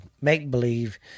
make-believe